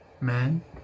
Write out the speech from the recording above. man